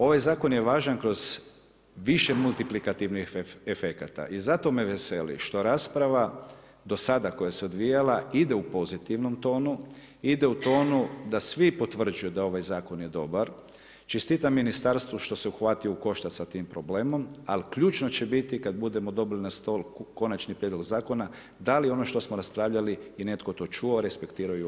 Ovaj zakon je važan kroz više multiplikativnih efekata i zato me veseli što rasprava do sada koja se odvijala ide u pozitivnom tonu, ide u tonu da svi potvrđuju da je ovaj zakon dobar, čestitam ministarstvu što se uhvatio u koštac s tim problemom, ali ključno će biti kada budemo dobili na stol konačni prijedlog zakona da li ono što smo raspravljali je netko to čuo, respektirao i uvažio.